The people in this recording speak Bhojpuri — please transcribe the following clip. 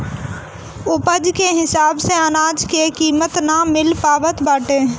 उपज के हिसाब से अनाज के कीमत ना मिल पावत बाटे